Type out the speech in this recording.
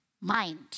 mind